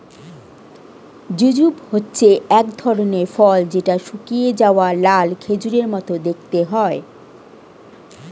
jujube হচ্ছে এক ধরনের ফল যেটা শুকিয়ে যাওয়া লাল খেজুরের মত দেখতে হয়